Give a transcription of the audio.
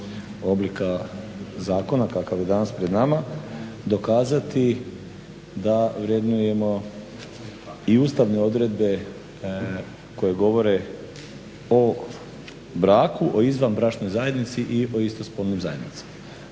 oblika zakona kakav je danas pred nama dokazati da vrednujemo i ustavne odredbe koje govore o braku, o izvanbračnoj zajednici i o istospolnim zajednicama.